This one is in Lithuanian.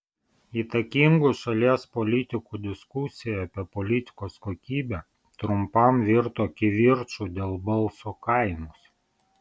įtakingų šalies politikų diskusija apie politikos kokybę trumpam virto kivirču dėl balso kainos